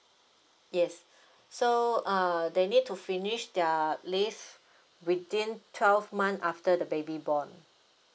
yes so uh they need to finish their leave within twelve month after the baby born